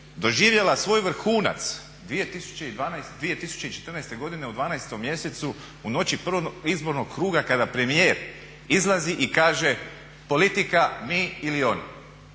doživjela svoj vrhunac 2014.u 12.mjesecu u noći prvog izbornog kruga kada premijer izlazi i kaže politika mi ili oni.